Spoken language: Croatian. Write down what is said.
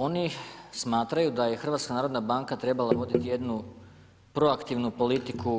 Oni smatraju da je HNB trebala voditi jednu proaktivnu politiku